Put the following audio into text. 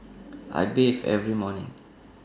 I bathe every morning